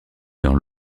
dans